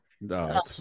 No